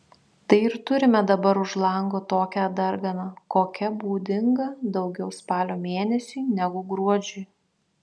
tai ir turime dabar už lango tokią darganą kokia būdinga daugiau spalio mėnesiui negu gruodžiui